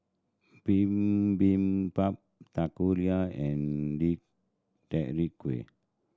Bibimbap Takoyaki and Deodeok Gui